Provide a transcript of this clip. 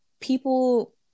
people